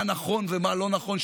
מה נכון ומה לא נכון,